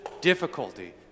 difficulty